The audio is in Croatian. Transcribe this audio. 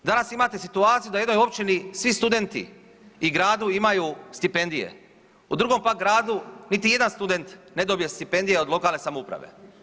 Danas imate situaciju da u jednoj općini svi studenti i gradu imaju stipendije, u drugom pak gradu niti jedan student ne dobije stipendije od lokalne samouprave.